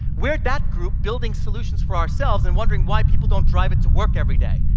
we are that group building solutions for ourselves and wondering why people don't drive it to work every day.